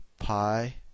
pi